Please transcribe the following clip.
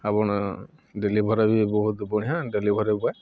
ଆପଣ ଡ଼େଲିଭରି ବି ବହୁତ ବଢ଼ିଆଁ ଡ଼େଲିଭରି ବଏ